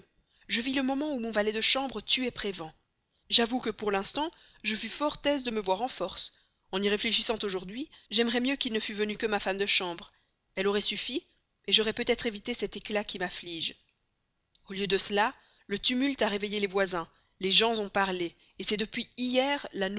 je vis le moment où mon valet de chambre tuait prévan j'avoue que pour l'instant je fus fort aise de me voir en force en y réfléchissant aujourd'hui j'aimerais mieux qu'il ne fût venu que ma femme de chambre elle aurait suffi j'aurais peut-être pu empêcher cet éclat qui m'afflige au lieu de cela le tumulte a réveillé les voisins les gens ont parlé c'est depuis hier